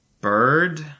bird